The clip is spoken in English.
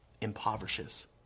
impoverishes